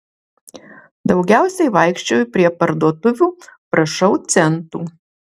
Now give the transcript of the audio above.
daugiausiai vaikščioju prie parduotuvių prašau centų